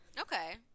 Okay